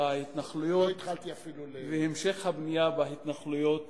שההתנחלויות והמשך הבנייה בהתנחלויות